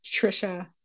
trisha